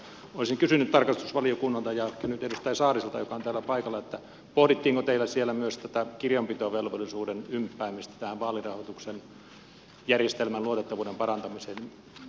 olisin kysynyt tarkastusvaliokunnalta ja ehkä nyt edustaja saariselta joka on täällä paikalla pohdittiinko teillä siellä myös tätä kirjanpitovelvollisuuden ymppäämistä tähän vaalirahoituksen järjestelmän luotettavuuden parantamiseen